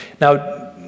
Now